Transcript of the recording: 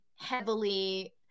Heavily